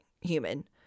human